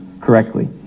correctly